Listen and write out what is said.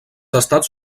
estats